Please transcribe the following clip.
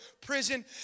prison